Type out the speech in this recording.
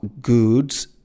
goods